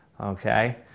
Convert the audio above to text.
Okay